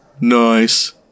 Nice